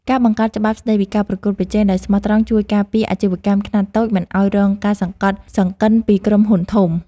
ការបង្កើតច្បាប់ស្តីពីការប្រកួតប្រជែងដោយស្មោះត្រង់ជួយការពារអាជីវកម្មខ្នាតតូចមិនឱ្យរងការសង្កត់សង្កិនពីក្រុមហ៊ុនធំ។